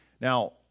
Now